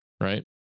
right